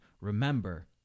remember